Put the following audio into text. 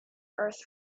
earth